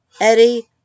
Eddie